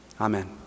Amen